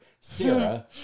Sarah